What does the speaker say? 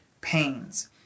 pains